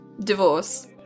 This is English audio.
Divorce